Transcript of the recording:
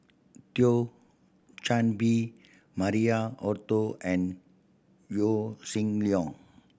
Thio Chan Bee Maria Hertogh and Yaw Shin Leong